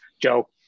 Joe